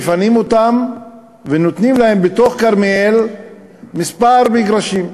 מפנים אותם ונותנים להם בתוך כרמיאל כמה מגרשים,